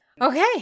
Okay